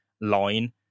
line